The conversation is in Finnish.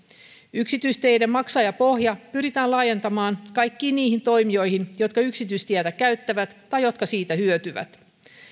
yksityisteiden maksajapohja pyritään laajentamaan kaikkiin niihin toimijoihin jotka yksityistietä käyttävät tai jotka siitä hyötyvät